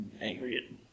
angry